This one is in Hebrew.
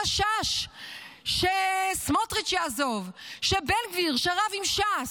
החשש שסמוטריץ' יעזוב, שבן גביר, שרב עם ש"ס,